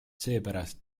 seepärast